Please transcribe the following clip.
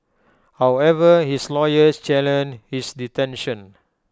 however his lawyers challenged his detention